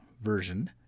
version